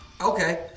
Okay